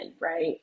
right